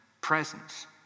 presence